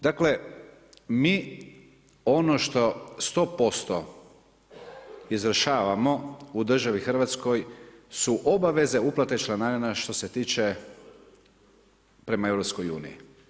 Dakle mi ono što 100% izvršavamo u državi Hrvatskoj su obaveze uplate članarina što se tiče prema Europskoj uniji.